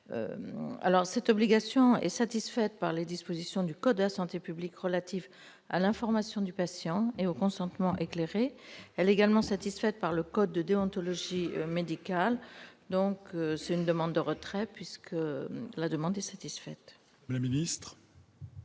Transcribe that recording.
Cette obligation est satisfaite par les dispositions du code de la santé publique relatives à l'information du patient et au consentement éclairé. Elle est également satisfaite par le code de déontologie médicale. La commission demande le retrait de cet amendement ; à défaut, l'avis